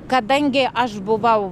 kadangi aš buvau